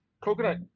coconut